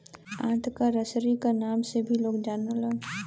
आंत क रसरी क नाम से भी लोग जानलन